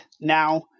now